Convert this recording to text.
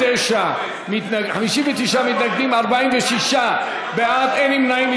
59 מתנגדים, 46 בעד, אין נמנעים.